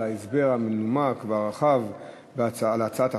על ההסבר המנומק והרחב של הצעת החוק.